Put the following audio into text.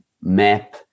map